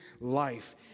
life